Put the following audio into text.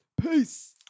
Peace